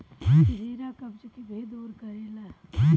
जीरा कब्ज के भी दूर करेला